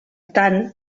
tant